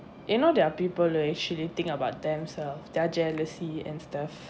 you know there are people who actually think about themselves their jealousy and stuff